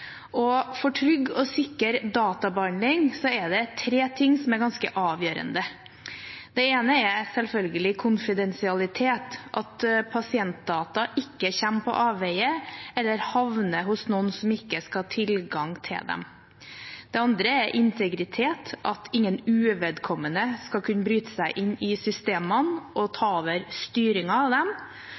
datasikkerheten. For trygg og sikker databehandling er det tre ting som er ganske avgjørende. Det ene er selvfølgelig konfidensialitet, at pasientdata ikke kommer på avveier eller havner hos noen som ikke skal ha tilgang til dem. Det andre er integritet, at ingen uvedkommende skal kunne bryte seg inn i systemene og ta over styringen av dem.